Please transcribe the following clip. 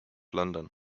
london